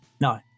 no